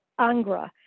Angra